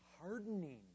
hardening